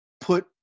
put –